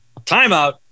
timeout